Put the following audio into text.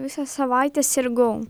visą savaitę sirgau